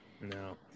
No